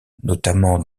notamment